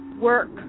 work